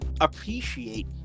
appreciate